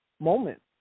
moment